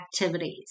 activities